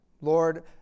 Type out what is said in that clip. Lord